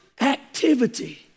activity